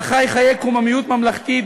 בה חי חיי קוממיות ממלכתית,